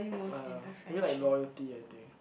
uh maybe like loyalty I think